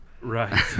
right